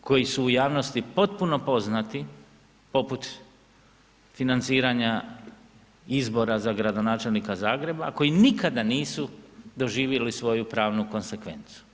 koji su u javnosti potpuno poznati, poput financiranja izbora za gradonačelnika Zagreba, koji nikada nisu doživjeli svoju pravnu konsekvencu.